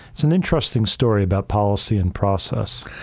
it's an interesting story about policy and process.